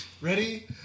Ready